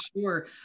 sure